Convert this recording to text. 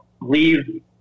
leave